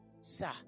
sir